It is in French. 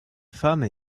femmes